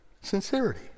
Sincerity